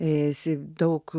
ė si daug